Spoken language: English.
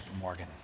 Morgan